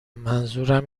منظورم